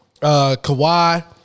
Kawhi